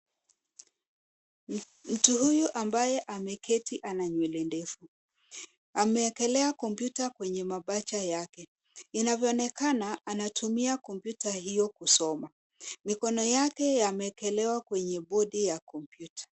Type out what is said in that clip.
Mtu huyu amnaye ameketi ana nywele ndefu. Ameekelea kompyuta kwenye mapaja yake. Inavyoonekana anatumia kompyuta hiyo kusoma. Mikono yake yameekelewa kwenye bodi ya kompyuta.